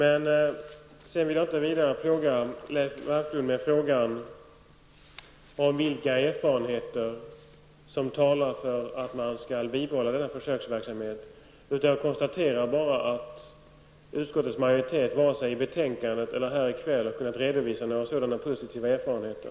Jag vill inte vidare plåga Leif Marklund med frågan om vilka erfarenheter som talar för att man skall bibehålla försöksverksamheten, utan jag konstaterar bara att utskottets majoritet varken i betänkandet eller här i kväll har kunnat redovisa några sådana positiva erfarenheter.